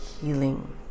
healing